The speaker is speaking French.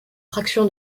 fraction